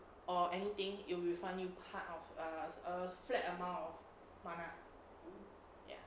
or anything it will refund you part of err err flat amount of mana ya